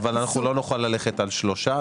אבל אנחנו לא נוכל ללכת על שלושה,